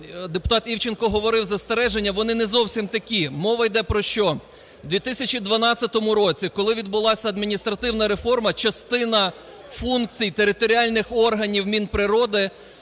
Депутат Івченко говорив застереження, вони не зовсім такі. Мова йде про що. В 2012 році, коли відбулася адміністративна реформа, частина функцій територіальних органів Мінприроди